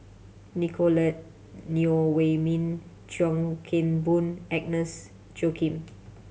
Nicolette Neo Wei Min Chuan Keng Boon Agnes Joaquim